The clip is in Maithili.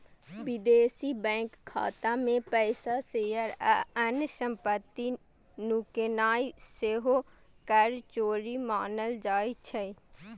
विदेशी बैंक खाता मे पैसा, शेयर आ अन्य संपत्ति नुकेनाय सेहो कर चोरी मानल जाइ छै